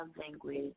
language